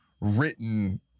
written